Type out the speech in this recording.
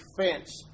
fence